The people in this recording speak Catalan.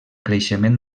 creixement